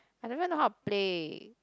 I don't even know how to play